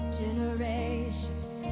generations